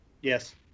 Yes